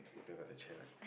it's there by the chair right